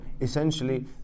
essentially